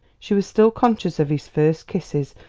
she was still conscious of his first kisses,